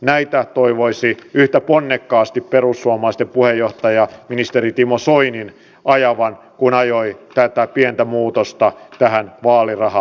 näitä toivoisi yhtä ponnekkaasti perussuomalaisten puheenjohtajan ministeri timo soinin ajavan kuin ajoi tätä pientä muutosta tähän vaalirahalakiin